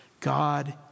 God